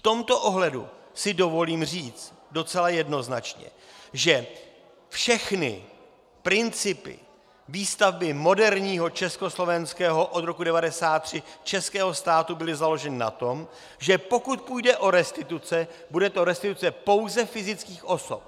V tomto ohledu si dovolím říci docela jednoznačně, že všechny principy výstavby moderního československého a od roku 1993 českého státu byly založeny na tom, že pokud půjde o restituce, bude to restituce pouze fyzických osob.